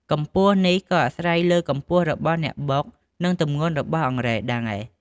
កម្ពស់នេះក៏អាស្រ័យលើកម្ពស់របស់អ្នកបុក និងទម្ងន់របស់អង្រែដែរ។